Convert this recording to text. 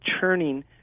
churning